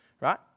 right